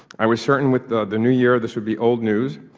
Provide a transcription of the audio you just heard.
i was certain with the the new year this would be old news.